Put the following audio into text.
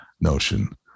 notion